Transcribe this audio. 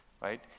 right